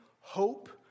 hope